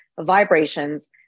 vibrations